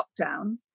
lockdown